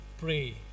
pray